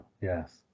Yes